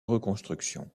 reconstruction